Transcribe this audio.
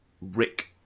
Rick